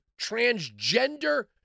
transgender